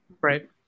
Right